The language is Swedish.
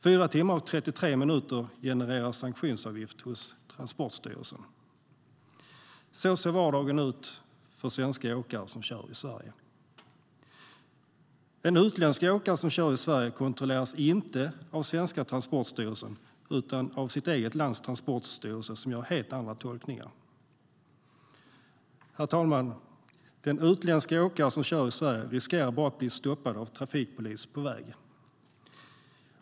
4 timmar och 33 minuter genererar sanktionsavgift hos Transportstyrelsen. Vardagen ser ut på det sättet för svenska åkare som kör i Sverige. En utländsk åkare som kör i Sverige kontrolleras inte av svenska Transportstyrelsen utan av sitt eget lands transportstyrelse som gör helt andra tolkningar. Den utländska åkaren som kör i Sverige riskerar bara att bli stoppad av trafikpolis på väg.